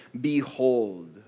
Behold